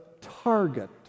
target